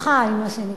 חי, מה שנקרא.